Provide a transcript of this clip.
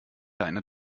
deine